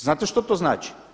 Znate što to znači?